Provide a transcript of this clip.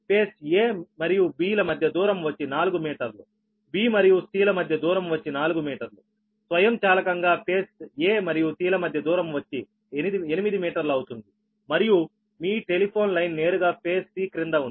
face a మరియు b ల మధ్య దూరం వచ్చి 4 మీటర్లుb మరియు c ల మధ్య దూరం వచ్చి 4 మీటర్లుస్వయంచాలకంగా ఫేజ్ a మరియు c ల మధ్య దూరం వచ్చి 8 మీటర్లు అవుతుంది మరియు మీ టెలిఫోన్ లైన్ నేరుగా ఫేజ్ C క్రింద ఉంది